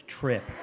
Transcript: trip